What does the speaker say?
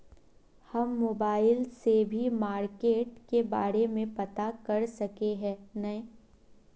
हम मोबाईल से भी मार्केट के बारे में पता कर सके है नय?